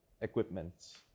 equipment